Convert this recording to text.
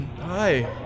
Hi